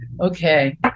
Okay